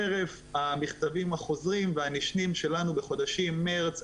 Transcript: חרף המכתבים החוזרים והנשנים שלנו לחשב הכללי בחודשים מרץ,